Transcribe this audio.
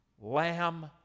Lamb